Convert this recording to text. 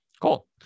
cool